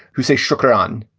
who say shukran.